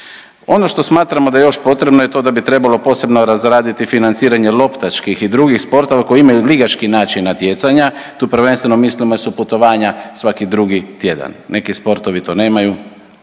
Ono što smatramo da je još potrebno je to da bi trebalo posebno razraditi financiranje loptačkih i drugih sportova koji imaju ligaški način natjecanja, tu prvenstveno mislimo jer su putovanja svaki drugi tjedan, neki sportovi to nemaju,